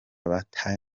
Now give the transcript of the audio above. bataye